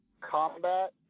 combat